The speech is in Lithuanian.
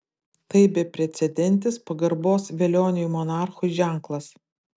tai beprecedentis pagarbos velioniui monarchui ženklas